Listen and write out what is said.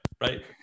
right